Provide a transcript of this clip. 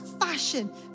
fashion